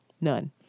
None